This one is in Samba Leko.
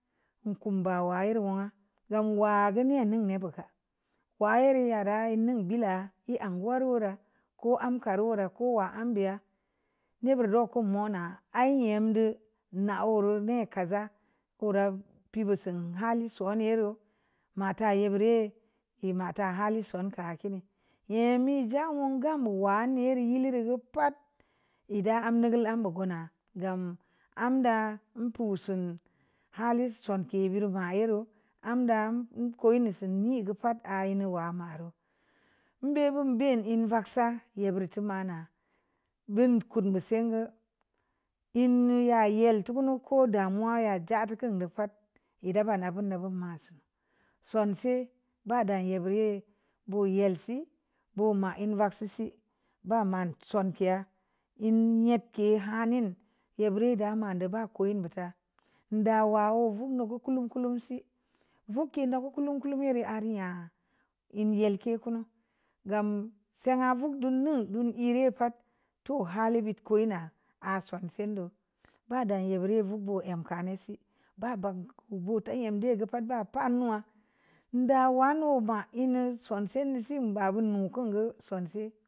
Kom ba wa yēri wu'un wam wa ga ni ŋeŋ ŋe baka wa yēri ya ra ŋen bi la ē angwa reura ko amka reura ko wa mbia' ŋe gur ba kum mo na ii nyem do na oro mbē za ko ra pi vo san hali sone' reu mata yē beu re' ye mata hali son ka kii ni nyemi ja'un ga mu wa ne rii yelu reu gə pa'at yēdə am də gə lam bō go na gam am da'a əm pu sun hali som kē bureu ba ēē reu am da koi ne si neŋ ē gə pa'at i nu wa reu mbē bu bē ē ŋen vaksa yii burtu mana bum bō kon sē sēngə ŋe nu yiayel tukunu ko damuwa ya da'ak tu kun dō da pa'at ii dapana bun do gōōn ma so sonsii da bayan yē be'ri bō yal si buma ha vaksiisi ba ma ke'a' ən nu yet ke hanin ē biiri da man də ba ko'ē ni buta nda wa rōo gu kulum ku si rō kin da ku kulum yirii a ri'a əm yel kē kunu gam sangə vōu don non ən e re' pa'at tōo hali bət ko ē na a'a sonsē dō ba dan ye bireu vo bōo am kanē si ba bank'u vōo temiə bē gə pa'at pa nu wa nda wanu ma inu sonsē ŋen si ba vunu kun gə sonsi.